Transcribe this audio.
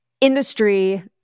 industry